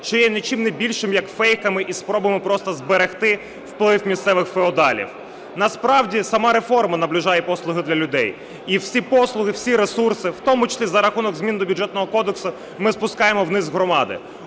що є нічим не більшим, як фейками і спробами просто зберегти вплив місцевих феодалів. Насправді сама реформа наближає послуги для людей. І всі послуги, всі ресурси, в тому числі за рахунок змін до Бюджетного кодексу, ми спускаємо вниз, в громади.